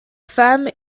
femme